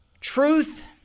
Truth